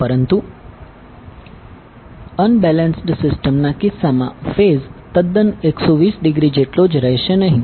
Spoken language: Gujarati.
પરંતુ અનબેલેન્સ્ડ સિસ્ટમના કિસ્સામાં ફેઝ તદ્દન 120 ડિગ્રી જેટલો જ રહેશે નહીં